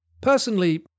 Personally